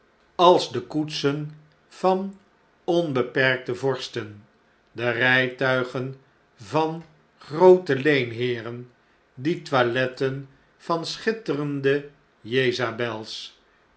als de koetsen van onbeperkte vorsten de rjjtuigen van groote leenheeren die toiletten van schitterende jezabels